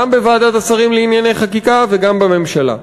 גם בוועדת השרים לענייני חקיקה וגם בממשלה.